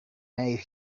made